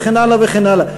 וכן הלאה וכן הלאה,